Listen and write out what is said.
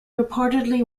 reportedly